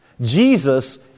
Jesus